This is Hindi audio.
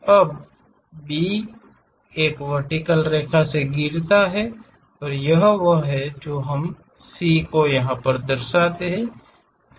अब B एक वर्टिकल रेखा से गिरता है यही वह है जो हमें C को कॉल करता है